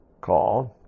called